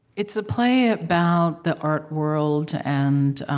it's a play about the art world and